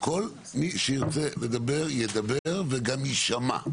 כל מי שירצה לדבר ידבר וגם יישמע,